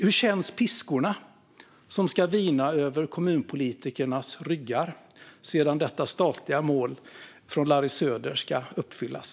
Hur känns piskorna som ska vina över kommunpolitikernas ryggar när detta statliga mål från Larry Söder ska uppfyllas?